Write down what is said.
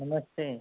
नमस्ते